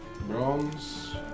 bronze